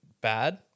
bad